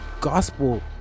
Gospel